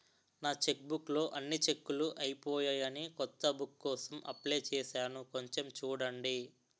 నా చెక్బుక్ లో అన్ని చెక్కులూ అయిపోయాయని కొత్త బుక్ కోసం అప్లై చేసాను కొంచెం చూడండి